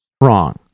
Wrong